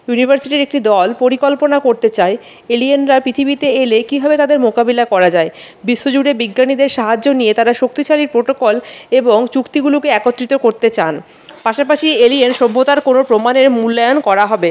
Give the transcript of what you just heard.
ইউনিভার্সিটির একটি দল পরিকল্পনা করতে চায় এলিয়েনরা পৃথিবীতে এলে কিভাবে তাদের মোকাবিলা করা যায় বিশ্বজুড়ে বিজ্ঞানীদের সাহায্য নিয়ে তারা শক্তিশালী প্রোটোকল এবং চুক্তিগুলোকে একত্রিত করতে চান পাশাপাশি এলিয়েন সভ্যতার কোনো প্রমাণের মূল্যায়ন করা হবে